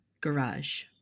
garage